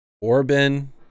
Orban